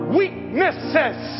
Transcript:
weaknesses